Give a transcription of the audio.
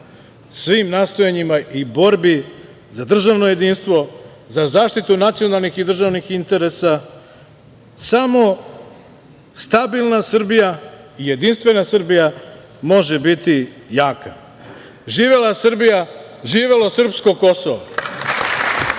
svim nastojanjima i borbi za državno jedinstvo, za zaštitu nacionalnih i državnih interesa. Samo stabilna Srbija i jedinstvena Srbija može biti jaka. Živela Srbija. Živelo srpsko Kosovo.